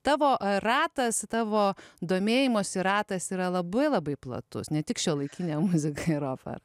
tavo ratas tavo domėjimosi ratas yra labai labai platus ne tik šiuolaikinė muzika ir opera